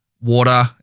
water